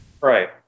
Right